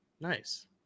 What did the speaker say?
nice